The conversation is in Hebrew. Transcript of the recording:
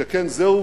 שכן זהו